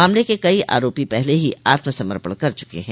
मामले के कई आरोपो पहले ही आत्मसमर्पण कर चुके हैं